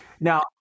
Now